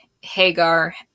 Hagar